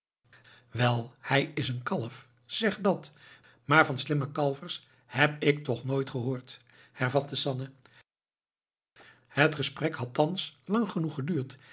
wel hij is een kalf zeg dat maar van slimme kalvers heb ik toch nooit gehoord hervatte sanne het gesprek had thans lang genoeg geduurd